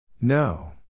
No